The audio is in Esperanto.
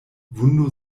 vundo